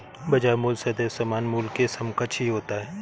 बाजार मूल्य सदैव सामान्य मूल्य के समकक्ष ही होता है